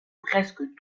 presque